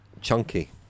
chunky